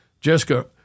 Jessica